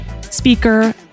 speaker